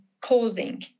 causing